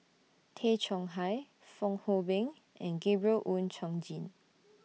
Tay Chong Hai Fong Hoe Beng and Gabriel Oon Chong Jin